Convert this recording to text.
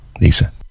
Lisa